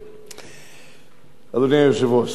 אדוני היושב-ראש, תרגום.